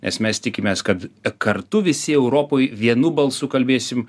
nes mes tikimės kad kartu visi europoj vienu balsu kalbėsim